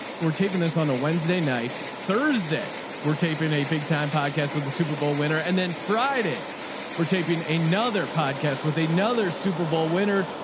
we're taping this on a wednesday night, thursday. we're taping a big time. podcast with the super bowl winter, and then friday we're taping a, another podcast with another super bowl winter.